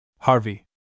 Harvey